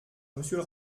monsieur